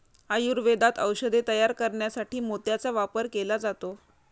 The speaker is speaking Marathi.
आयुर्वेदात औषधे तयार करण्यासाठी मोत्याचा वापर केला जातो